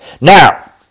Now